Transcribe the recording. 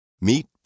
Meet